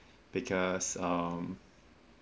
because um